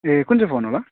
ए कुन चाहिँ फोन होला